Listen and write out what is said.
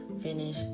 finish